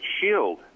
shield